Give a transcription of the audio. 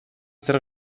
zer